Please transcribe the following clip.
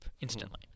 instantly